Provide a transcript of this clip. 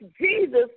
Jesus